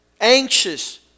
anxious